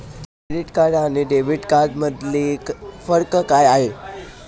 Credit card आणि debit कार्डमधील फरक काय आहे?